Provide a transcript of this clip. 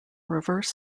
reverse